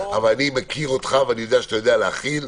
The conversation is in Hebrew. אבל אני מכיר אותך ואני יודע שאתה יודע להכיל.